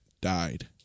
died